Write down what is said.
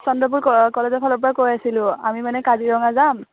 চন্দ্ৰপুৰ ক কলেজৰফালৰ পৰা কৈ আছিলোঁ আমি মানে কাজিৰঙা যাম